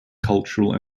cultural